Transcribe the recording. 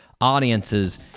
audiences